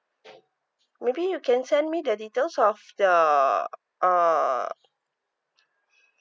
maybe you can send me the details of the uh